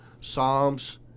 Psalms